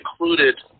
included